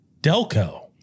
Delco